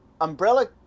umbrella